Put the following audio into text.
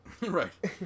Right